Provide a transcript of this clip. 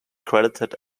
credited